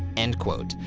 end quote.